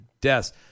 deaths